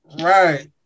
right